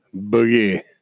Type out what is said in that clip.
Boogie